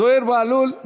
זוהיר בהלול,